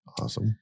awesome